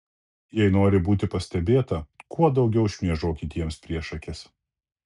jei nori būti pastebėta kuo daugiau šmėžuok kitiems prieš akis